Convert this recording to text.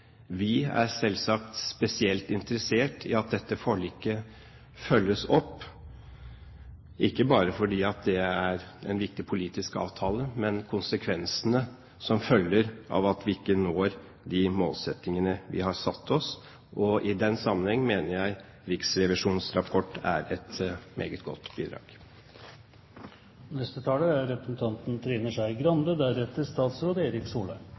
Vi er selvsagt spesielt interessert i at dette forliket følges opp – ikke bare fordi det er en viktig politisk avtale, men på grunn av konsekvensene hvis vi ikke når de målsettingene vi har satt oss. I den sammenheng mener jeg at Riksrevisjonens rapport er et meget godt bidrag. Vi i Venstre er